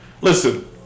Listen